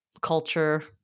culture